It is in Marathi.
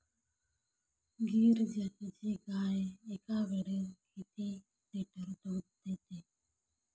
गीर जातीची गाय एकावेळी किती लिटर दूध देते?